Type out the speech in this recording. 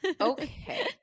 Okay